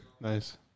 Nice